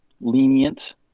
lenient